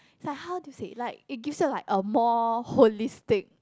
is like how to say like it give you like a more holistic